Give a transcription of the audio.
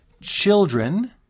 children